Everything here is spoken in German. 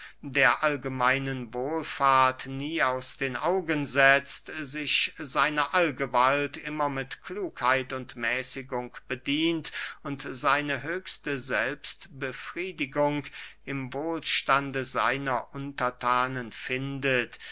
der allgemeinen wohlfahrt nie aus den augen setzt sich seiner allgewalt immer mit klugheit und mäßigung bedient und seine höchste selbstbefriedigung im wohlstande seiner unterthanen findet